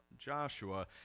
Joshua